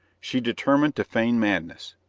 she determined to feign madness.